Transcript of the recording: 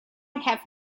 have